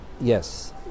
yes